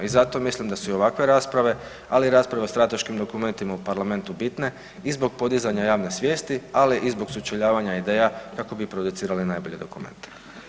I zato mislim da su i ovakve rasprave, ali i rasprave o strateškim dokumentima u Parlamentu bitne i zbog podizanja javne svijesti, ali i zbog sučeljavanje ideja kako bi producirali najbolje dokumente.